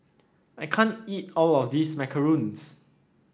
I can't eat all of this macarons